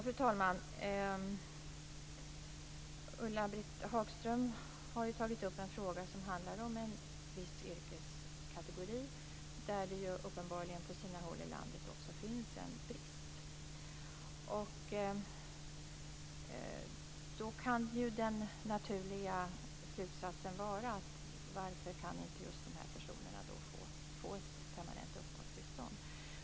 Fru talman! Ulla-Britt Hagström har tagit upp en fråga som handlar om en viss yrkeskategori där det uppenbarligen på sina håll i landet finns en brist. Den naturliga slutsatsen kan vara frågan om varför dessa personer inte kan få ett permanent uppehållstillstånd.